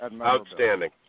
Outstanding